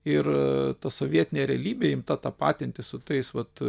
ir ta sovietinė realybė imta tapatinti su tais vat